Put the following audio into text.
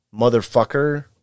motherfucker